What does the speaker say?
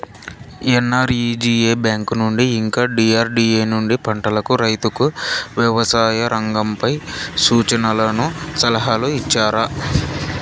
NREGA bank నుండి ఇంకా DRDA నుండి పంటలకు రైతుకు వ్యవసాయ రంగంపై సూచనలను సలహాలు ఇచ్చారా